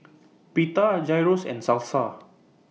Pita Gyros and Salsa